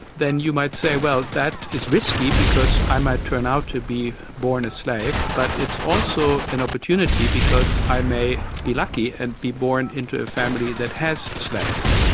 then you might say, well, that is risky, because i might turn out to be born a slave, but it's also an opportunity because i may be lucky and be born into a family that has slaves.